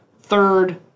Third